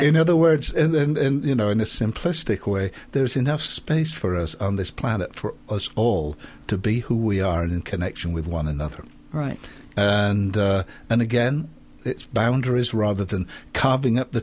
in other words you know in a simplistic way there's enough space for us on this planet for us all to be who we are in connection with one another right and and again its boundaries rather than